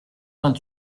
vingt